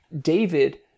David